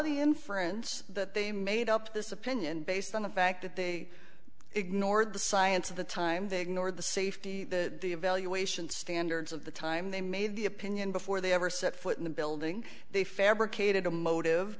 the inference that they made up this opinion based on the fact that they ignored the science of the time they ignored the safety the evaluation standards of the time they made the opinion before they ever set foot in the building they fabricated a motive